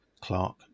Clark